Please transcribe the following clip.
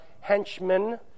henchmen